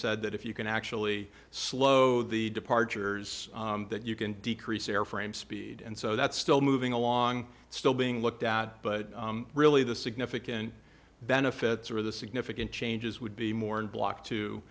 said that if you can actually slow the departures that you can decrease airframe speed and so that's still moving along still being looked at but really the significant benefits or the significant changes would be more in block t